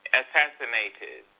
assassinated